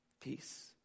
Peace